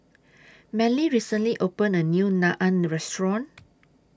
Manley recently opened A New Naan Restaurant